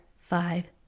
five